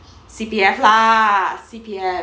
C_P_F lah C_P_F